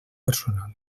personal